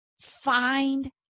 find